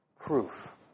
proof